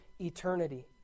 eternity